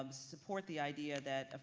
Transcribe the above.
um support the idea that,